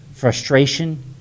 frustration